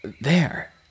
There